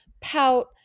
pout